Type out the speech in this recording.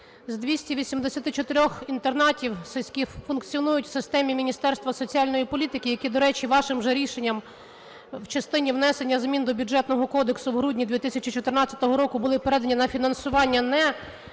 З 284 інтернатів, які функціонують в системі Міністерства соціальної політики, які, до речі, вашим же рішенням в частині внесення змін до Бюджетного кодексу в грудні 2014 року були передані на фінансування не